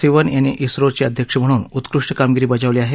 सिवन यांनी इस्रोचे अध्यक्ष म्हणून उत्कृष्ट कामगिरी बजावली आहे